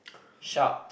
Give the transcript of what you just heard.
sharp